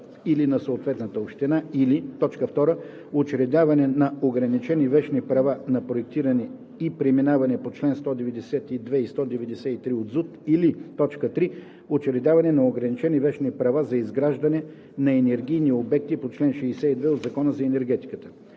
или на съответната община, или 2. учредяване на ограничени вещни права на прокарване и преминаване по чл. 192 и 193 от ЗУТ, или 3. учредяване на ограничени вещни права за изграждане на енергийни обекти по чл. 62 от Закона за енергетиката.“